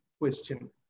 question